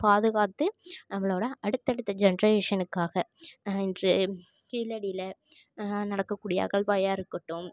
பாதுகாத்து நம்மளோடய அடுத்தடுத்த ஜென்ரேஷனுக்காக இன்று கீழடியில் நடக்கக்கூடிய அகழ்வாயா இருக்கட்டும்